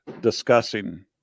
discussing